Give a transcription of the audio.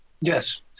Yes